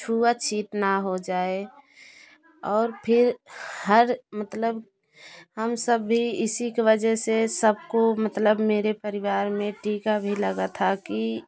छुआछीत ना हो जाए और फिर हर मतलब हम सब भी इसी की वजह से सबको मतलब मेरे परिवार में टीका भी लगा था कि